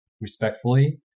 respectfully